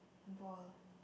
wall